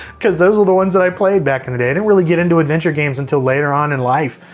cause those were the ones that i played back in the day, i didn't really get into adventure games until later on in life.